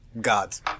gods